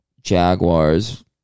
Jaguars